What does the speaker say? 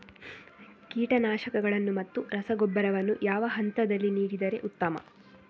ಕೀಟನಾಶಕಗಳನ್ನು ಮತ್ತು ರಸಗೊಬ್ಬರವನ್ನು ಯಾವ ಹಂತದಲ್ಲಿ ನೀಡಿದರೆ ಉತ್ತಮ?